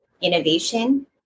innovation